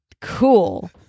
Cool